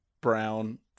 brown